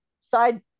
side